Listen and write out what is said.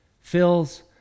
fills